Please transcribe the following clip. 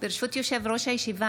ברשות יושב-ראש הישיבה,